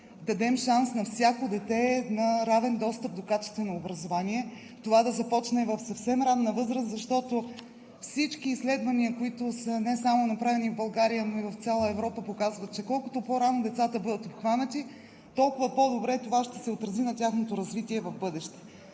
дадем шанс на всяко дете на равен достъп до качествено образование, това да започне в съвсем ранна възраст, защото всички изследвания, които са направени не само в България, но и в цяла Европа показват, че колкото по-рано децата бъдат обхванати, толкова по-добре това ще се отрази на тяхното развитие в бъдеще,